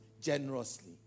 generously